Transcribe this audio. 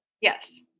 Yes